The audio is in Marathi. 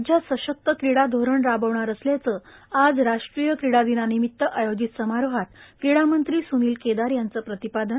राज्यात सशक्त क्रीडा धोरण राबवणार असल्याच आज राष्ट्रीय क्रीडा दिनानिमित्त आयोजित समारोहात क्रीडा मंत्री सुनील केदार यांचं प्रतिपादन